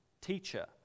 Teacher